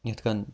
یِتھٕ کٔنۍ